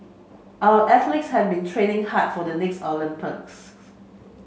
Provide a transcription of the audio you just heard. our athletes have been training hard for the next Olympics